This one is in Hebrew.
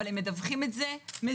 אבל הם מדווחים את זה מזוהה,